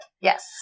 Yes